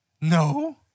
No